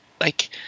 like-